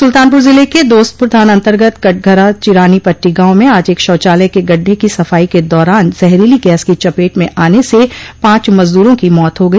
सुल्तानपुर जिले के दोस्तपुर थानान्तर्गत कटघरा चिरानी पट्टी गांव में आज एक शौचालय के गढ्ढे की सफाई के दौरान जहरीली गैस की चपेट में आने से पांच मजदूरों की मौत हो गई